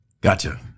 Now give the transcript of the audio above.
Gotcha